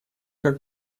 как